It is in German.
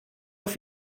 auf